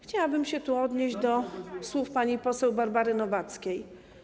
Chciałabym się odnieść do słów pani poseł Barbary Nowackiej.